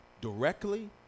directly